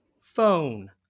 Phone